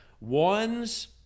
one's